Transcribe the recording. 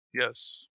Yes